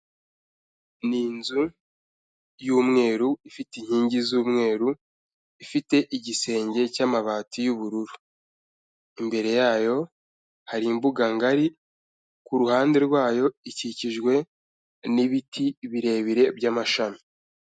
Ni inzu y'umweru, ifite inkingi z'umweru, ifite igisenge cy'amabati y'ubururu. Imbere yayo hari imbuga ngari, ku ruhande rwayo ikikijwe n'ibiti birebire by'amashami.